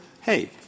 hey